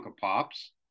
Pops